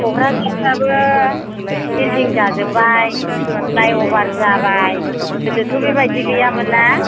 क'क्राझारफ्राबो building जाजोब्बाय flyover जाबाय गोदोथ' बेबायदि गैयामोन ना